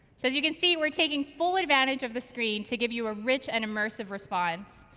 so as you can see, we're taking full advantage of the screen to give you a rich and immersive response.